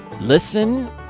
listen